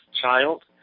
child